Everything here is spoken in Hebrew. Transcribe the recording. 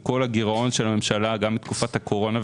כשכל הגירעון של הממשלה גם מתקופת הקורונה,